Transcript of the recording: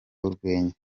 urwenya